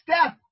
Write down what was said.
step